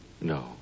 No